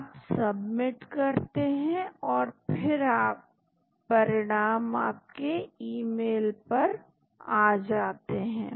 आप सबमिट करते हैं और फिर परिणाम आपके ईमेल पर आ जाते हैं